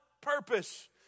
purpose